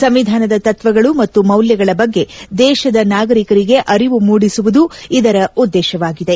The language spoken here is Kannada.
ಸಂವಿಧಾನದ ತತ್ವಗಳು ಮೌಲ್ವಗಳ ಬಗ್ಗೆ ದೇಶದ ನಾಗರಿಕರಿಗೆ ಅರಿವು ಮೂಡಿಸುವುದು ಇದರ ಉದ್ದೇಶವಾಗಿದೆ